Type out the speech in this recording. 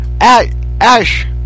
Ash